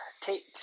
take